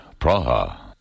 Praha